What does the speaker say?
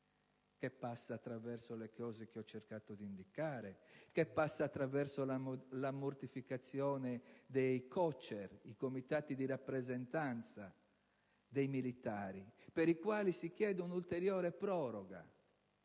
che passa attraverso le cose che ho cercato di indicare, che passa attraverso la mortificazione dei COCER, i comitati di rappresentanza dei militari, per i quali si chiede un'ulteriore proroga,